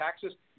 taxes